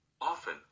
often